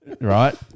Right